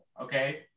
Okay